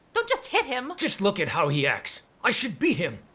don't just hit him. just look at how he acts. i should beat him.